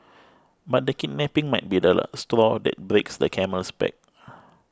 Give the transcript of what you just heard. but the kidnapping might be the straw that breaks the camel's back